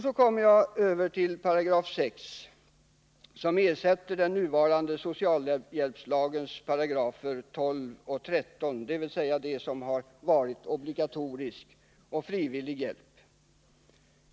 Så kommer jag över till 6 §, som ersätter den nuvarande socialhjälpslagens paragrafer 12 och 13, dvs. de som gäller obligatorisk och frivillig hjälp.